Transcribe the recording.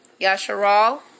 Yasharal